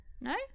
No